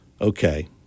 Okay